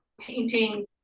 painting